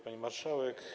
Pani Marszałek!